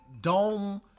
dome